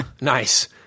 Nice